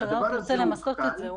הממשלה עוד תרצה למסות את זה...